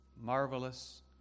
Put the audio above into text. Marvelous